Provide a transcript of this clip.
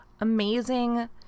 amazing